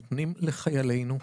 נותנים לחיילנו,